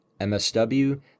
MSW